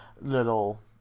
little